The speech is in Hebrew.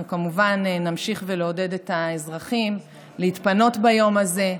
אנחנו כמובן נמשיך ונעודד את האזרחים להתפנות ביום הזה,